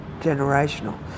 Generational